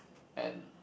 and